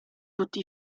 tutti